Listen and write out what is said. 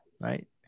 right